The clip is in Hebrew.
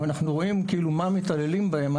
ואנחנו רואים מה מתעללים בהם.